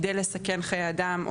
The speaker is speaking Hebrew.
כדי לסכן חיי אדם,